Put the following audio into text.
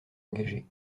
engagées